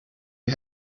you